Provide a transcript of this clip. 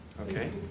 Okay